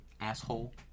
asshole